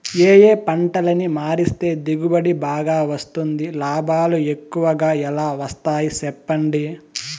ఏ ఏ పంటలని మారిస్తే దిగుబడి బాగా వస్తుంది, లాభాలు ఎక్కువగా ఎలా వస్తాయి సెప్పండి